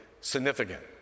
significant